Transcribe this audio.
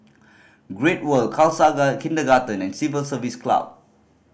Great World Khasaga Kindergarten and Civil Service Club